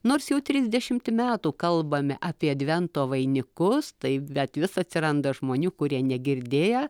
nors jau trisdešimt metų kalbame apie advento vainikus taip bet vis atsiranda žmonių kurie negirdėję